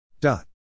dot